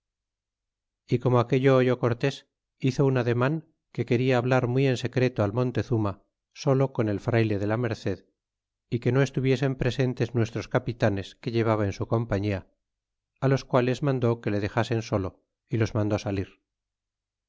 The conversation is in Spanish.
y como aquello oyó cortés hizo un ademan que quena hablar muy en secreto al montezuma solo con el frayle de la merced é que no estuviesen presentes nuestros capitanes que llevaba en su compañía á los quales mandó que le dexasen solo y los mandó salir